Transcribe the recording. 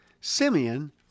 Simeon